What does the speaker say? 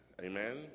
Amen